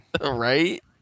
Right